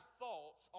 thoughts